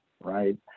right